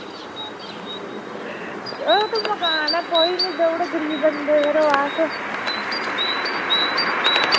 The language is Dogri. ओह् ते मकान ऐ कोई नी देई ओड़ो गरीब बंदे यरो अस